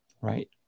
right